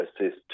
assist